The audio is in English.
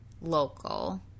local